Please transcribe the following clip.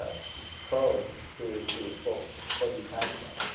ah probes to to for for detection.